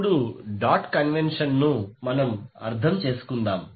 ఇప్పుడు డాట్ కన్వెన్షన్ను అర్థం చేసుకుందాం